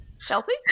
Chelsea